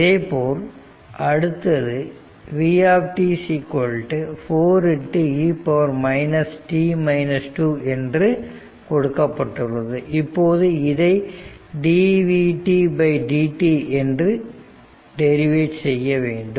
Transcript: இதைப்போல் அடுத்தது v 4e என்று கொடுக்கப்பட்டுள்ளது இப்போது இதை dvtdt என்று செய்ய வேண்டும்